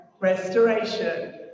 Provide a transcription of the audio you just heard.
restoration